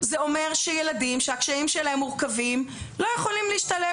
זה אומר שילדים שהקשיים שלהם מורכבים לא יכולים להשתלב,